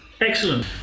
Excellent